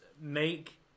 make